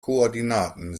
koordinaten